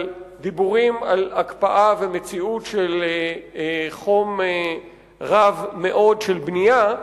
דיבורים על הקפאה ומציאות של חום רב מאוד של בנייה,